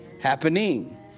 happening